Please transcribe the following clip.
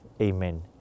Amen